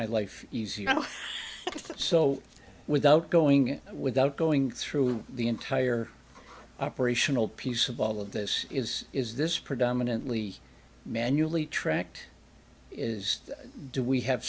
my life easier if so without going without going through the entire operational piece of all of this is is this predominantly manually tracked is do we have